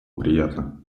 приятно